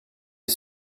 est